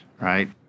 right